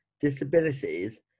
disabilities